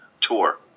tour